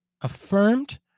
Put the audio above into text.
affirmed